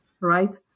right